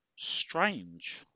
Strange